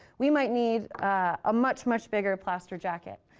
we might need a much, much bigger plaster jacket.